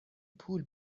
پول